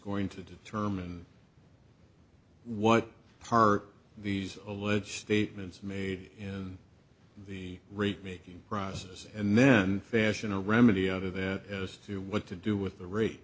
going to determine what part these alleged statements made in the rate making process and then fashion a remedy out of it as to what to do with the rate